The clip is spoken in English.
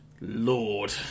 Lord